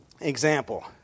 Example